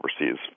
overseas